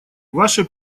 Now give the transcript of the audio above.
ваше